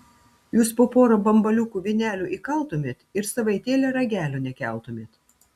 jūs po porą bambaliukų vynelio įkaltumėt ir savaitėlę ragelio nekeltumėt